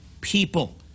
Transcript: PEOPLE